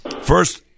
First